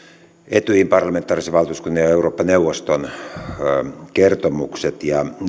etyjin parlamentaarisen valtuuskunnan ja eurooppa neuvoston kertomukset ja nyt